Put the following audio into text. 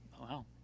Wow